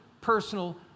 personal